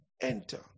Enter